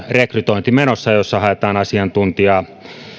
rekrytointi jossa haetaan asiantuntijaa